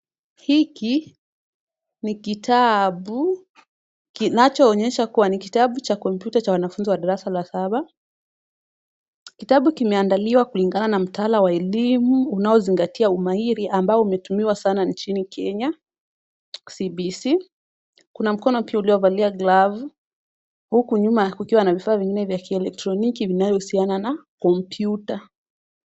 Hiki ni kitabu, kinachoonyesha kuwa ni kitabu cha kompyuta cha wanafunzi wa darasa la saba. Kitabu kimeandaliwa kulingana na mtaala wa elimu unaozingatia umahiri ambao umetumiwa sana nchini Kenya CBC . Kuna mkono pia uliyovalia glavu, huku nyuma kukiwa na vifaa vingine vya kielektroniki vinavyohusiana na kompyuta.